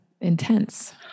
intense